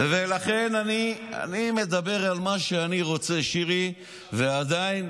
אני מדבר על מה שאני רוצה, שירי, ועדיין.